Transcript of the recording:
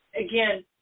Again